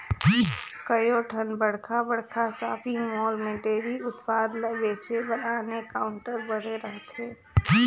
कयोठन बड़खा बड़खा सॉपिंग मॉल में डेयरी उत्पाद ल बेचे बर आने काउंटर बने रहथे